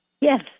Yes